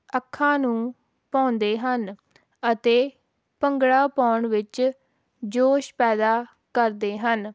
ਅੱਖਾਂ ਨੂੰ ਭਾਉਂਦੇ ਹਨ ਅਤੇ ਭੰਗੜਾ ਪਾਉਣ ਵਿੱਚ ਜੋਸ਼ ਪੈਦਾ ਕਰਦੇ ਹਨ